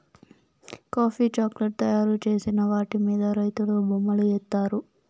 coffee chocolate తయారు చేసిన వాటి మీద రైతులు బొమ్మలు ఏత్తారు